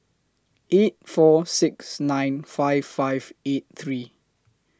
eight four six nine five five eight three